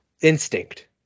Instinct